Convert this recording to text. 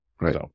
Right